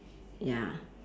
ya